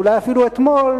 ואולי אפילו אתמול,